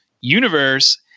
universe